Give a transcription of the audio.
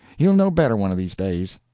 he'll know better one of these days.